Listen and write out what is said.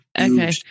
okay